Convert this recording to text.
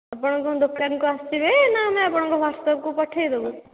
ଆପଣ କ'ଣ ଦୋକାନକୁ ଆସିବେ ନା ଆମେ ଆପଣଙ୍କ ହ୍ଵାଟ୍ସଆପ୍କୁ ପଠାଇଦବୁ